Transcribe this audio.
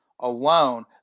alone